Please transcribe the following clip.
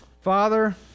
Father